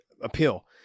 appeal